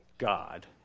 God